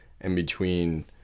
in-between